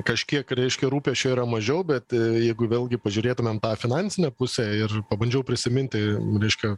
kažkiek reiškia rūpesčių yra mažiau bet jeigu vėlgi pažiūrėtumėm tą finansinę pusę ir pabandžiau prisiminti reiškia